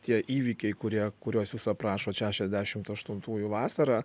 tie įvykiai kurie kuriuos jūs aprašot šešiasdešimt aštuntųjų vasarą